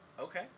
Okay